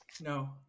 No